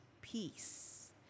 peace